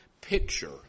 picture